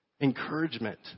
encouragement